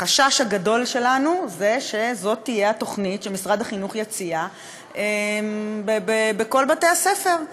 החשש הגדול שלנו הוא שזאת תהיה התוכנית שמשרד החינוך יציע בכל בתי-הספר.